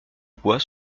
bois